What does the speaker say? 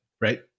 right